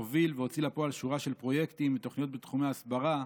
הוביל והוציא לפועל שורה של פרויקטים ותוכניות בתחומי ההסברה,